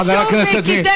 חבר הכנסת מיקי לוי,